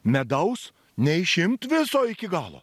medaus neišimt viso iki galo